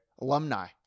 Alumni